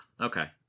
Okay